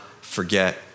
forget